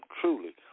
truly